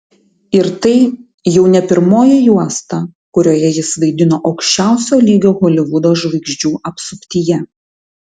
ir tai jau ne pirmoji juosta kurioje jis vaidino aukščiausio lygio holivudo žvaigždžių apsuptyje